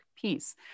piece